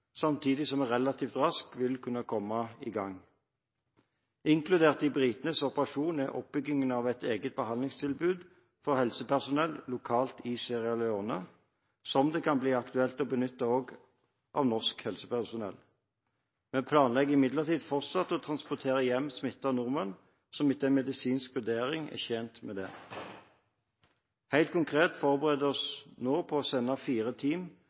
samtidig som vi relativt raskt vil kunne komme i gang. Inkludert i britenes operasjon er oppbyggingen av et eget behandlingstilbud for helsepersonell lokalt i Sierra Leone som det kan bli aktuelt å benytte også av norsk helsepersonell. Vi planlegger imidlertid fortsatt å transportere hjem smittede nordmenn som etter en medisinsk vurdering er tjent med det. Helt konkret forbereder vi oss nå på å sende fire team